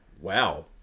Wow